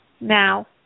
now